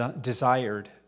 desired